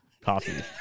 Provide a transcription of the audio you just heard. Coffee